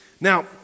Now